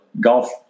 golf